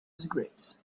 disgrace